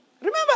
Remember